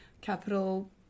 capital